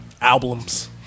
Albums